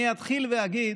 אני אתחיל ואגיד